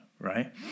right